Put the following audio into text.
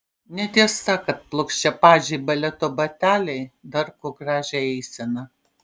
netiesa kad plokščiapadžiai baleto bateliai darko gražią eiseną